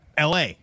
LA